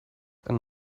and